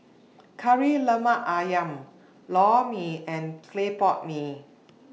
Kari Lemak Ayam Lor Mee and Clay Pot Mee